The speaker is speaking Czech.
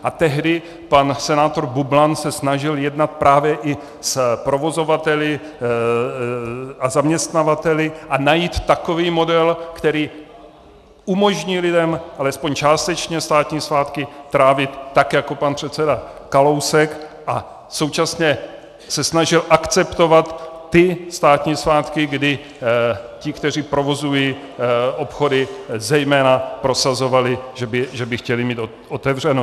A tehdy se pan senátor Bublan snažil jednat právě i s provozovateli a zaměstnavateli a najít takový model, který umožní lidem alespoň částečně státní svátky trávit tak jako pan předseda Kalousek a současně se snažil akceptovat státní svátky, kdy ti, kteří provozují obchody, zejména prosazovali, že by chtěli mít otevřeno.